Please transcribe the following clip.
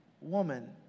woman